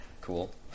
Cool